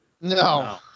No